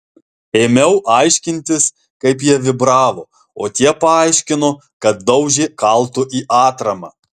ėmiau aiškintis kaip jie vibravo o tie paaiškino kad daužė kaltu į atramą